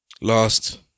Last